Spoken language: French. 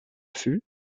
fut